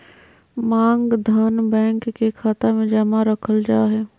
मांग धन, बैंक के खाता मे जमा रखल जा हय